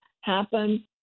happen